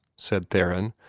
said theron.